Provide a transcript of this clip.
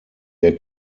der